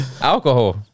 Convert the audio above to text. alcohol